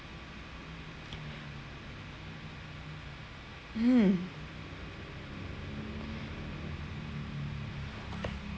hmm